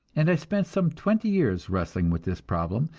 and i spent some twenty years wrestling with this problem,